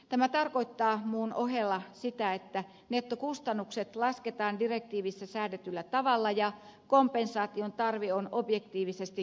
tämä tarkoittaa muun ohella sitä että nettokustannukset lasketaan direktiivissä säädetyllä tavalla ja kompensaation tarve on objektiivisesti todennettavissa